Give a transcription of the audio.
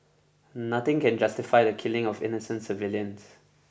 nothing can justify the killing of innocent civilians